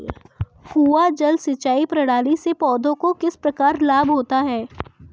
कुआँ जल सिंचाई प्रणाली से पौधों को किस प्रकार लाभ होता है?